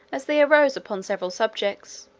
as they arose upon several subjects,